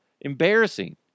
embarrassing